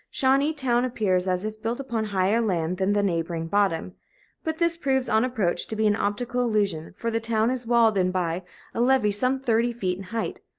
shawneetown appears as if built upon higher land than the neighboring bottom but this proves, on approach, to be an optical illusion, for the town is walled in by a levee some thirty feet in height,